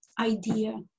idea